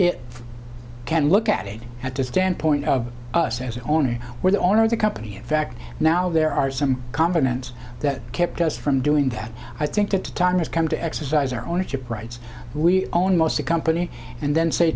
it can look at it at the standpoint of us as an owner where the owner of the company in fact now there are some confidence that kept us from doing that i think the time has come to exercise our ownership rights we own most a company and then say